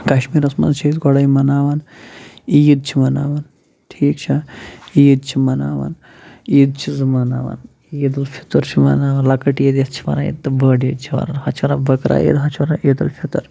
کَشمیٖرَس منٛز چھِ أسۍ گۄڈے مناوَان عیٖد چھِ مناوَان ٹھیٖک چھا عیٖد چھِ مَناوَن عیٖد چھُ بہٕ مَناوَان عیٖدلفطر چھِ مَنناوانَ لَکٕٹ عیٖد یَتھ چھِ وَنان تہٕ بٔڑ عیٖد چھِ وَنان ہوٚتھ چھِ ونان بکرا عید ہوٚتھ چھِ ونان عید الفطر